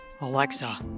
Alexa